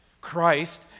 Christ